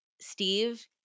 Steve